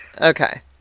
Okay